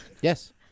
Yes